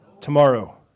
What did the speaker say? tomorrow